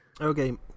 okay